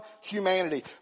humanity